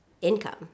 income